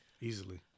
Easily